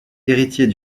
héritier